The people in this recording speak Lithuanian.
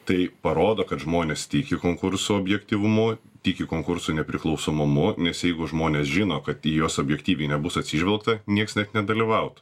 tai parodo kad žmonės tiki konkurso objektyvumu tiki konkursų nepriklausomumu nes jeigu žmonės žino kad į juos objektyviai nebus atsižvelgta nieks net nedalyvauti